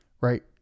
Right